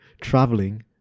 traveling